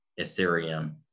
Ethereum